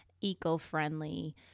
eco-friendly